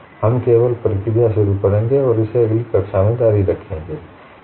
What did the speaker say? हम केवल प्रक्रिया शुरू करेंगें और इसे अगली कक्षा में जारी रखेंगें